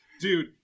Dude